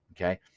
okay